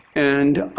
and